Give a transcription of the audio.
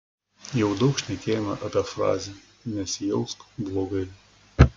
jau daug šnekėjome apie frazę nesijausk blogai